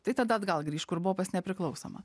tai tada atgal grįš kur buvo pas nepriklausomą